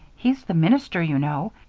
he's the minister, you know,